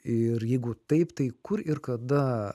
ir jeigu taip tai kur ir kada